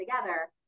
together